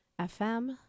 FM